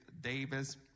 Davis